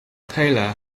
tyler